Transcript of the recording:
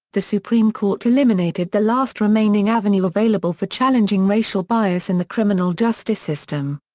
the supreme court eliminated the last remaining avenue available for challenging racial bias in the criminal justice system.